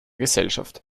gesellschaft